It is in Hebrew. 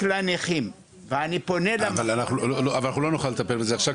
לנכים ואני פונה ל --- אבל אנחנו לא נוכל לטפל בזה עכשיו,